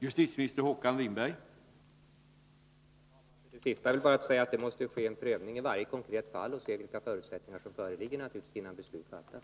Herr talman! Jag vill bara säga att man måste göra en prövning i varje konkret fall och se vilka förutsättningar som föreligger innan beslut fattas.